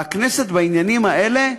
והכנסת בעניינים האלה,